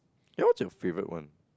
ya what's your favourite one